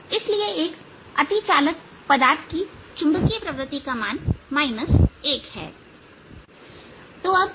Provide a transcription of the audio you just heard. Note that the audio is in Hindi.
इसलिए एक अतिचालक पदार्थ की चुंबकीय प्रवृत्ति का मान 1 है